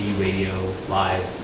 radio, live,